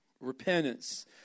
Repentance